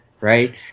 right